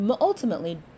ultimately